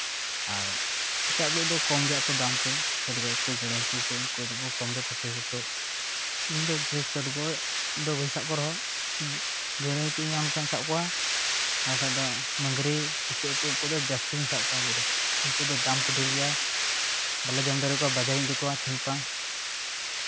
ᱟᱨ ᱮᱴᱟᱜ ᱠᱩᱡ ᱫᱚ ᱠᱚᱢ ᱜᱮᱭᱟ ᱠᱚ ᱫᱟᱢ ᱠᱚ ᱪᱚᱰᱜᱚᱡ ᱦᱟᱹᱠᱩ ᱜᱟᱹᱲᱟᱹᱭ ᱦᱟᱹᱠᱩ ᱠᱚᱫᱚ ᱠᱚ ᱠᱚᱢ ᱜᱮᱭᱟ ᱯᱩᱴᱷᱤ ᱦᱟᱹᱠᱩ ᱠᱩᱡ ᱤᱧ ᱫᱚ ᱰᱷᱮᱨ ᱪᱚᱰᱜᱚᱡ ᱫᱚ ᱵᱟᱹᱧ ᱥᱟᱵ ᱠᱚ ᱨᱮᱦᱚᱸ ᱜᱟᱹᱲᱟᱹᱭ ᱠᱚᱧ ᱧᱟᱢ ᱞᱮᱠᱷᱟᱱ ᱥᱟᱵ ᱠᱚᱣᱟ ᱟᱨ ᱵᱟᱠᱷᱟᱡ ᱫᱚ ᱢᱟᱹᱜᱽᱨᱤ ᱤᱧᱟᱹᱜ ᱦᱟᱹᱠᱩ ᱩᱱᱠᱩ ᱫᱚ ᱡᱟᱹᱥᱛᱤᱧ ᱥᱟᱵ ᱠᱚᱣᱟ ᱮᱠᱵᱟᱨᱮ ᱩᱱᱠᱩ ᱫᱚ ᱫᱟᱢ ᱠᱚ ᱰᱷᱮᱨ ᱜᱮᱭᱟ ᱵᱟᱞᱮ ᱡᱚᱢ ᱫᱟᱲᱮᱭᱟᱠᱚᱣᱟ ᱵᱟᱡᱟᱨ ᱤᱧ ᱤᱫᱤ ᱠᱚᱣᱟ ᱛᱮᱦᱮᱧ ᱜᱟᱯᱟ